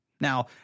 Now